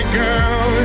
girl